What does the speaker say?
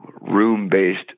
room-based